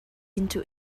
into